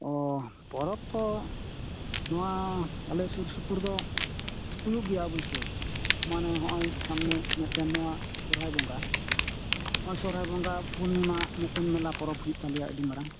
ᱚᱻ ᱯᱚᱨᱚᱵᱽ ᱛᱚ ᱱᱚᱣᱟ ᱟᱞᱮ ᱥᱩᱨ ᱥᱩᱯᱩᱨ ᱫᱚ ᱦᱩᱭᱩᱜ ᱜᱮᱭᱟ ᱚᱵᱳᱥᱽᱥᱳᱭ ᱢᱟᱱᱮ ᱦᱚᱸᱦᱚᱭ ᱥᱟᱢᱱᱮ ᱢᱤᱫᱴᱮᱱ ᱱᱚᱣᱟ ᱥᱚᱨᱦᱟᱭ ᱵᱚᱸᱜᱟ ᱱᱚᱸᱼᱚᱭ ᱥᱚᱨᱦᱟᱭ ᱵᱚᱸᱜᱟ ᱯᱩᱨᱱᱤᱢᱟ ᱢᱤᱫᱴᱮᱱ ᱢᱮᱞᱟ ᱯᱚᱨᱚᱵᱽ ᱦᱩᱭᱩᱜ ᱛᱟᱞᱮᱭᱟ ᱟᱹᱰᱤ ᱢᱟᱨᱟᱝ